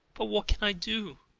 but what can i do?